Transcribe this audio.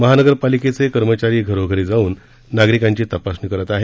महानगरपालिकेचे कर्मचारी घरोघरी जाऊन नागरिकांची तपासणी करत आहेत